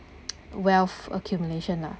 wealth accumulation lah